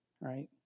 right